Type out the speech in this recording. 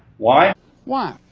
why why?